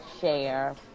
share